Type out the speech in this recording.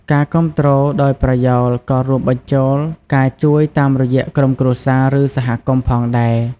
ការគាំទ្រដោយប្រយោលក៏រួមបញ្ចូលការជួយតាមរយៈក្រុមគ្រួសារ ឬ សហគមន៍ផងដែរ។